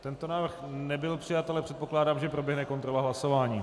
Tento návrh nebyl přijat, ale předpokládám, že proběhne kontrola hlasování.